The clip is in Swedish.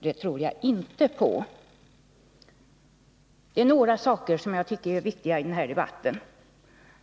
Det är några saker som är viktiga i den här debatten.